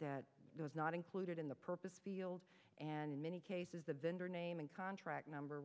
that was not included in the purpose field in many cases the vendor name and contract number